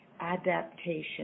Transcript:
adaptation